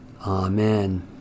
Amen